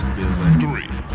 Three